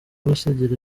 gusigira